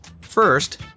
First